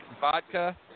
vodka